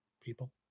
people